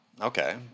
Okay